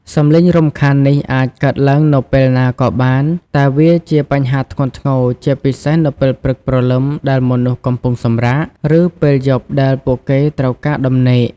សំឡេងរំខាននេះអាចកើតឡើងនៅពេលណាក៏បាន តែវាជាបញ្ហាធ្ងន់ធ្ងរ ជាពិសេសនៅពេលព្រឹកព្រលឹមដែលមនុស្សកំពុងសម្រាក ឬពេលយប់ដែលពួកគេត្រូវការដំណេក។